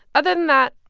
other than that,